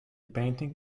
painting